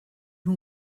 nhw